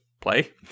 play